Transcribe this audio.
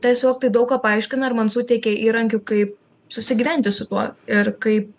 tiesiog tai daug ką paaiškina ir man suteikia įrankių kaip susigyventi su tuo ir kaip